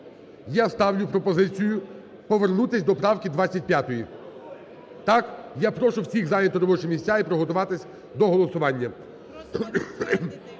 я ставлю пропозицію повернутися до правки 25-ї. Я прошу всіх зайняти робочі місця і приготуватися до голосування.